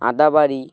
আদাবড়ি